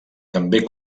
també